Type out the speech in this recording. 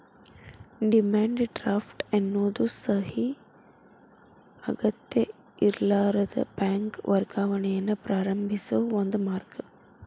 demand draft ಎನ್ನೋದು ಸಹಿ ಅಗತ್ಯಇರ್ಲಾರದ ಬ್ಯಾಂಕ್ ವರ್ಗಾವಣೆಯನ್ನ ಪ್ರಾರಂಭಿಸೋ ಒಂದ ಮಾರ್ಗ